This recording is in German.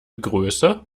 größe